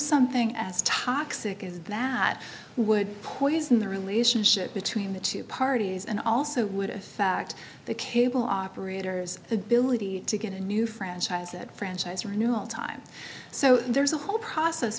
something as toxic as that would poison the relationship between the two parties and also would in fact the cable operators ability to get a new franchise that franchise renewal time so there's a whole process